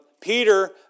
Peter